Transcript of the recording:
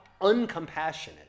uncompassionate